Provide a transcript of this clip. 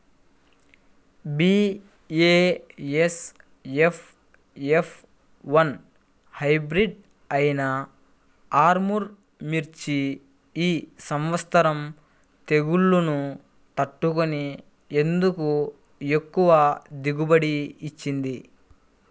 BASF F one hybrid అయినా ఆర్ముర్ మిర్చి ఈ సంవత్సరం తెగుళ్లును తట్టుకొని ఎందుకు ఎక్కువ దిగుబడి ఇచ్చింది?